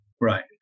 Right